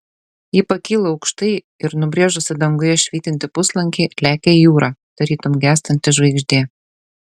ji pakyla aukštai ir nubrėžusi danguje švytintį puslankį lekia į jūrą tarytum gęstanti žvaigždė